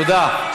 תודה.